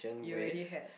you already had